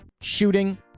shooting